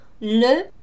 Le